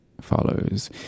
follows